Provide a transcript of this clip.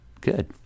Good